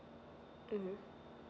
mmhmm